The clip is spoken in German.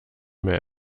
mehr